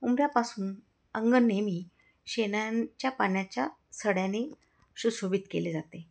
उंबर्यापासून अंगण नेहमी शेणाच्या पाण्याच्या सड्याने सुशोभित केले जाते